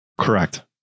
Correct